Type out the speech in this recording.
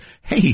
Hey